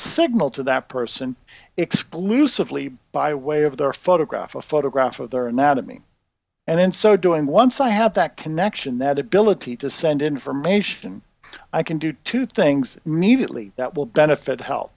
signal to that person exclusively by way of their photograph a photograph of their anatomy and in so doing once i have that connection that ability to send information i can do two things mediately that will benefit help